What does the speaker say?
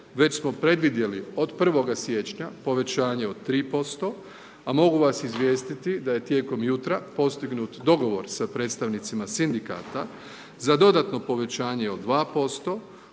već smo predvidjeli od 1. siječnja povećanje od 3%, a mogu vas izvijestiti da je tijekom jutra postignut dogovor sa predstavnicima sindikata za dodatno povećanje od 2%